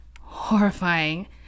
horrifying